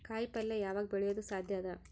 ಕಾಯಿಪಲ್ಯ ಯಾವಗ್ ಬೆಳಿಯೋದು ಸಾಧ್ಯ ಅದ?